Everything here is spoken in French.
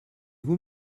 vous